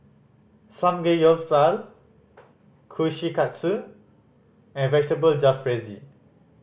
Samgeyopsal Kushikatsu and Vegetable Jalfrezi